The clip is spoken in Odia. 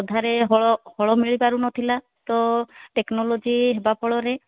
ଅଧାରେ ହଳ ହଳ ମିଳିପାରୁନଥିଲା ତ ଟେକ୍ନୋଲୋଜି ହେବା ଫଳରେ